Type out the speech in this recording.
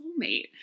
soulmate